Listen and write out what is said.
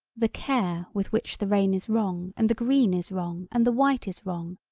the care with which the rain is wrong and the green is wrong and the white is wrong,